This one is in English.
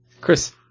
Chris